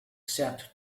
said